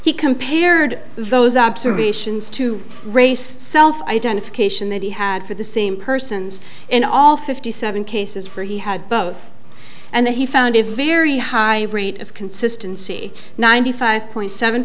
he compared those observations to race self identification that he had for the same persons in all fifty seven cases for he had both and he found a very high rate of consistency ninety five point seven